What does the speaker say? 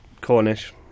Cornish